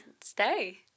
stay